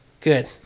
Good